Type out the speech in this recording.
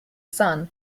son